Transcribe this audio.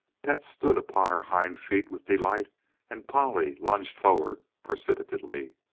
pet stood upon her hind feet with delight and polly lunged forward precipitately.